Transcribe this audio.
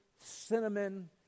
cinnamon